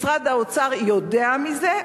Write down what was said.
משרד האוצר יודע מזה,